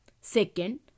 Second